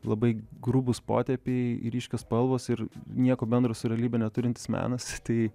labai grubūs potėpiai ryškios spalvos ir nieko bendro su realybe neturintis menas tai